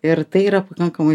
ir tai yra pakankamai